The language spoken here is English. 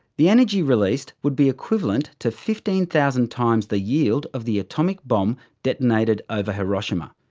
the energy released would be equivalent to fifteen thousand times the yield of the atomic bomb detonated over hiroshima.